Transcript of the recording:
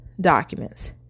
documents